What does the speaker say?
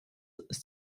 ist